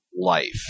life